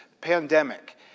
pandemic